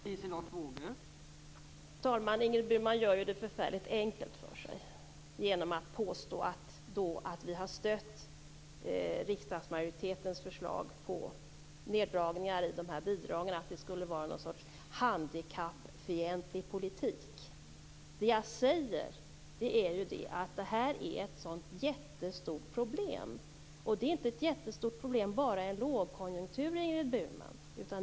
Fru talman! Ingrid Burman gör det förfärligt enkelt för sig genom att påstå att vi har stött riksdagsmajoritetens förslag på neddragningar i bidragen, dvs. att det skulle vara något slags handikappsfientlig politik. Det här är ett sådant jättestort problem. Det är inte ett jättestort problem enbart i en lågkonjunktur, Ingrid Burman.